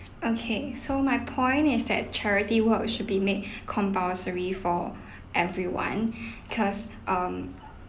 okay so my point is that charity work should be made compulsory for everyone cause um